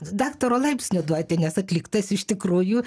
daktaro laipsnį duoti nes atliktas iš tikrųjų